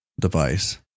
device